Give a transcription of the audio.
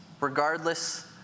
regardless